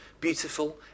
beautiful